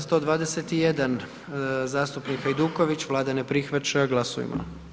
121, zastupnik Hajduković, Vlada ne prihvaća, glasujmo.